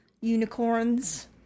unicorns